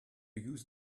use